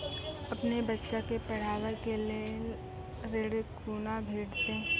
अपन बच्चा के पढाबै के लेल ऋण कुना भेंटते?